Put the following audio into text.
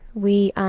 we